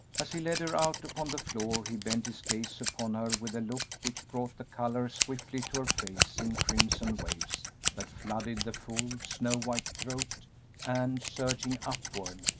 as he led her out upon the floor he bent his gaze upon her with a look which brought the color swiftly to her face in crimson waves that flooded the full, snow-white throat and, surging upward,